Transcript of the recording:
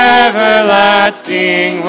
everlasting